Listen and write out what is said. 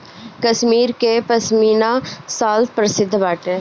कश्मीर कअ पशमीना शाल प्रसिद्ध बाटे